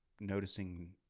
noticing